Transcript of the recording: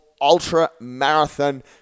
ultra-marathon